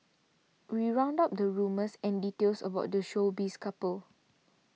we round up the rumours and details about the showbiz couple